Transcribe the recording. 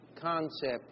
concept